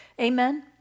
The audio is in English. Amen